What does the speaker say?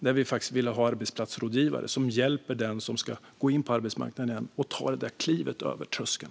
Vi vill ha arbetsplatsrådgivare som hjälper den som ska ta klivet över tröskeln in på arbetsmarknaden.